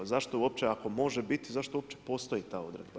Zašto uopće ako može biti, zašto uopće postoji ta odredba?